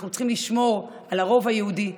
אנחנו צריכים לשמור על הרוב היהודי.